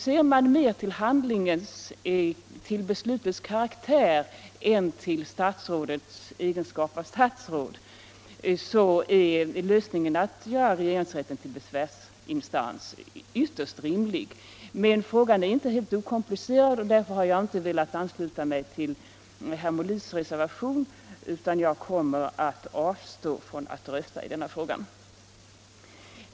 Ser man mer till beslutets karaktär än till beslutsfattarens egenskap av statsråd är lösningen att göra regeringsrätten till besvärsinstans ytterst rimlig. Men frågan är inte helt okomplicerad, och därför har jag inte velat ansluta mig till herr Molins reservation utan kommer att avstå från att rösta i denna fråga.